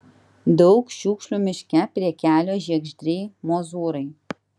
daug šiukšlių miške prie kelio žiegždriai mozūrai